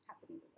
happening